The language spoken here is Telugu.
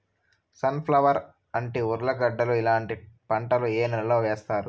సన్ ఫ్లవర్, అంటి, ఉర్లగడ్డలు ఇలాంటి పంటలు ఏ నెలలో వేస్తారు?